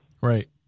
Right